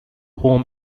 home